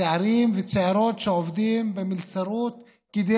צעירים וצעירות שעובדים במלצרות כדי